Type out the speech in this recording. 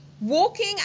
walking